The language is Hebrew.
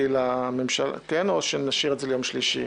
לממשלה או שנשאיר את זה ליום שלישי?